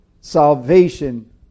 salvation